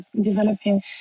developing